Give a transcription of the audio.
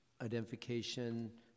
identification